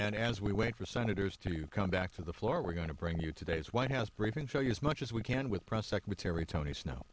and as we wait senators to come back to the floor we're going to bring you today's white house briefing tell you as much as we can with press secretary tony sno